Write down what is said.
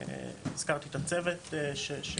הזכרתי את הצוות.